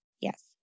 yes